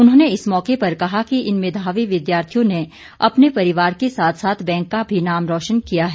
उन्होंने इस मौके पर कहा कि इन मेधावी विद्यार्थियों ने अपने परिवार के साथ साथ बैंक का भी नाम रोशन किया है